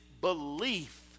belief